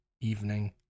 evening